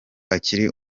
akiri